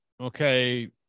Okay